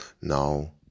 Now